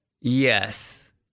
Yes